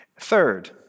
Third